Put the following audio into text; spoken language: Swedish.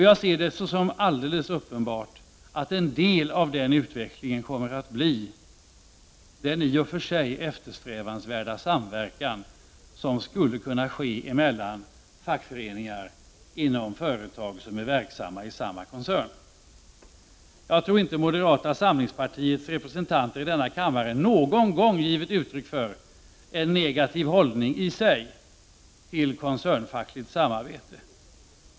Jag ser det såsom alldeles uppenbart att en del av den utvecklingen kommer att bli den i och för sig eftersträvansvärda samverkan som skulle kunna ske emellan fackföreningar inom företag som är verksamma inom samma koncern. Jag tror inte att moderata samlingspartiets representanter i denna kammare någon gång givit uttryck för en negativ hållning i sig till koncernfackligt samarbete.